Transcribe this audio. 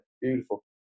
beautiful